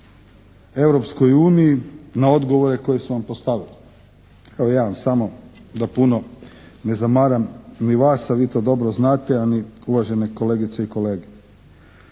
Europskoj uniji na odgovore koji su vam postavili. Evo jedan samo da puno ne zamaram ni vas, a vi to dobro znate, a ni uvažene kolegice i kolege.